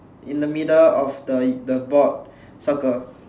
in the middle of the the board circle